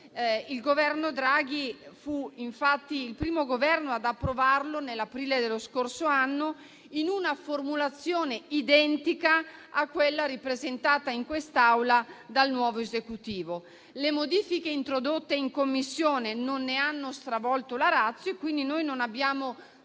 Il Governo Draghi fu il primo ad approvarlo nell'aprile dello scorso anno in una formulazione identica a quella ripresentata in quest'Aula dal nuovo Esecutivo. Le modifiche introdotte in Commissione non ne hanno stravolto la *ratio*, quindi non abbiamo